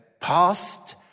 past